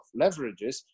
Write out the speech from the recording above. leverages